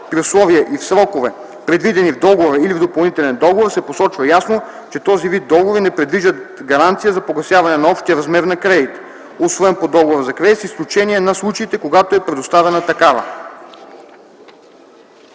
условия и в срокове, предвидени в договора или в допълнителен договор, се посочва ясно, че този вид договори не предвиждат гаранция за погасяване на общия размер на кредита, усвоен по договора за кредит, с изключение на случаите, когато е предоставена такава.”